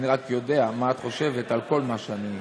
אני רק יודע מה את חושבת על כל מה שאני אמרתי.